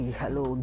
hello